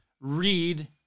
read